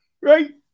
Right